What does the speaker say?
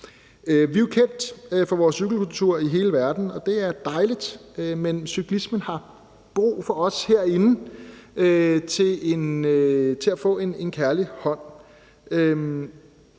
Vi er jo kendt for vores cykelkultur i hele verden, og det er dejligt, men cyklismen har brug for os herinde – den trænger til en kærlig hånd.